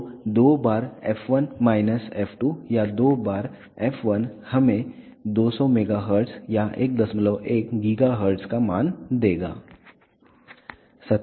तो दो बार f1 माइनस f2 या दो बार f1 हमें 200 MHz और 11 GHz का मान देगा